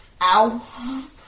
Ow